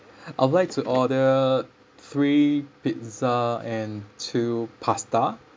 I would like to order three pizza and two pasta